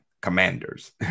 commanders